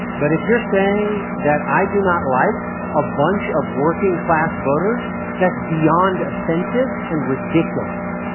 but if you're saying that i do not like a bunch of working-class voters, that's beyond offensive and ridiculous.